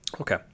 Okay